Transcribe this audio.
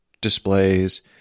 displays